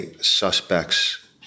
suspects